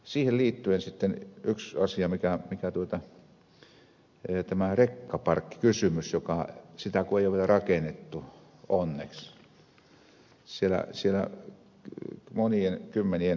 siihen liittyen sitten yksi asia tämä rekkaparkkikysymys sitä kun ei ole vielä rakennettu onneksi monien kymmenien hehtaarien aluetta